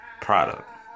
product